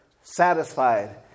satisfied